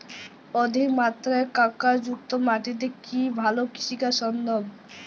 অধিকমাত্রায় কাঁকরযুক্ত মাটিতে কি ভালো কৃষিকাজ সম্ভব?